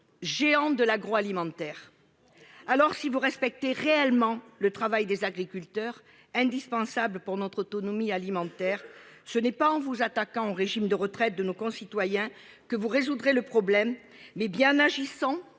Géants de l'agroalimentaire. Alors si vous respectez réellement le travail des agriculteurs indispensable pour notre autonomie alimentaire, ce n'est pas en vous attaquant au régime de retraite de nos concitoyens que vous résoudrait le problème mais bien agissant